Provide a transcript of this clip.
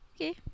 Okay